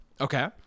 Okay